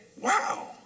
Wow